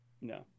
No